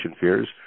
fears